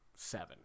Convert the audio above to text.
Seven